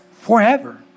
forever